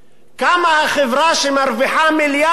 כמה החברה שמרוויחה מיליארדים,